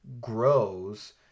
grows